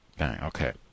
okay